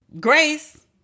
Grace